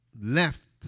left